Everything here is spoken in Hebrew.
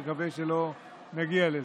נקווה שלא נגיע לזה.